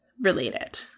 related